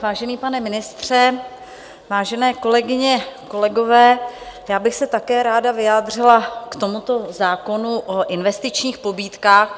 Vážený pane ministře, vážené kolegyně, kolegové, já bych se také ráda vyjádřila k tomuto zákonu o investičních pobídkách.